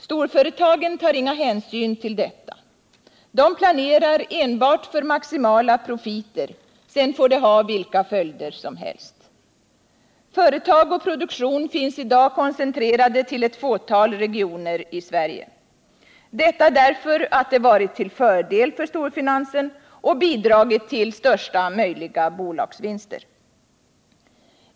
Storföretagen tar inga hänsyn till detta. De planerar enbart för maximala profiter, sedan får det bli vilka följder som helst. Företag och produktion är i dag koncentrerade till ett fåtal regioner i Sverige. Det har varit till fördel för storfinansen och bidragit till största möjliga bolagsvinster.